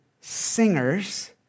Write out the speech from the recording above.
singers